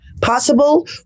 possible